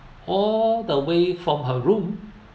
all the way from her room